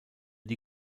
die